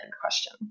question